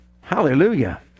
Hallelujah